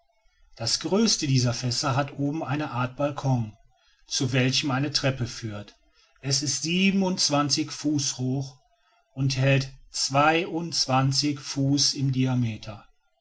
das größte dieser fässer hat oben eine art balkon zu welchem eine treppe führt es ist siebenundzwanzig fuß hoch und hält zweiundzwanzig fuß im diameter